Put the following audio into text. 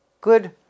good